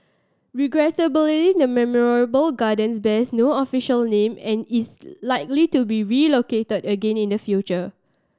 regrettably the memorial gardens bears no official name and is likely to be relocated again in the future